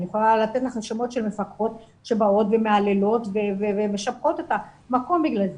אני יכולה לתת לך שמות של מפקחות שבאות ומהללות ומשבחות את המקום הזה.